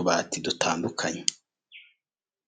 ubone uko ukata nta nkomyi.